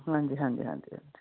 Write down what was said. ਹਾਂਜੀ ਹਾਂਜੀ ਹਾਂਜੀ ਹਾਂਜੀ